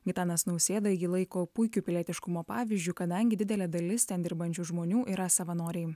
gitanas nausėda jį laiko puikiu pilietiškumo pavyzdžiu kadangi didelė dalis ten dirbančių žmonių yra savanoriai